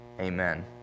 Amen